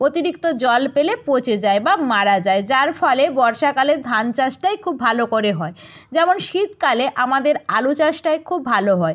অতিরিক্ত জল পেলে পচে যায় বা মারা যায় যার ফলে বর্ষাকালে ধান চাষটাই খুব ভালো করে হয় যেমন শীতকালে আমাদের আলু চাষটাই খুব ভালো হয়